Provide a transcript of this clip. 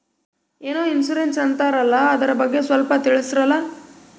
ಏನೋ ಇನ್ಸೂರೆನ್ಸ್ ಅಂತಾರಲ್ಲ, ಅದರ ಬಗ್ಗೆ ಸ್ವಲ್ಪ ತಿಳಿಸರಲಾ?